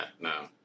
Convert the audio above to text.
No